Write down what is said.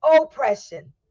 Oppression